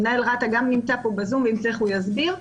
מנהל רת"א גם נמצא פה בזום ואם צריך הוא יסביר,